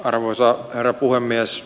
arvoisa herra puhemies